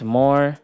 more